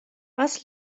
was